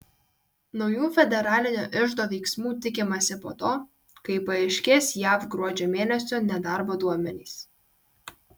naujų federalinio iždo veiksmų tikimasi po to kai paaiškės jav gruodžio mėnesio nedarbo duomenys